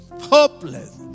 Hopeless